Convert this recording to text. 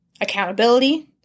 Accountability